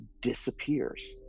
disappears